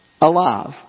alive